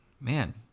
man